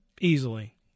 Easily